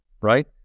right